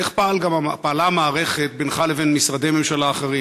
איך פעלה גם המערכת בינך לבין משרדי ממשלה אחרים,